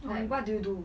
like what do you do